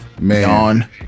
Man